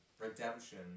redemption